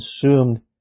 consumed